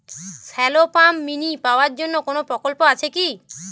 Shallow pump mini power জন্য কোনো প্রকল্প আছে কি?